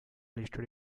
listed